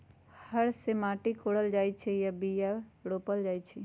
हर से माटि कोरल जाइ छै आऽ बीया रोप्ल जाइ छै